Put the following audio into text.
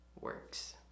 works